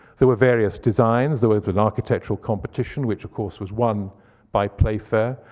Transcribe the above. there were various designs. there was an architectural competition, which, of course, was won by playfair.